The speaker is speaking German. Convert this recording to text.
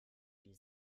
die